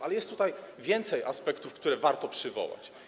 Ale jest tutaj więcej aspektów, które warto przywołać.